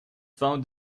found